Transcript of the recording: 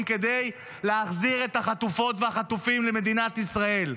כדי להחזיר את החטופות והחטופים למדינת ישראל.